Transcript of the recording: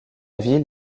ville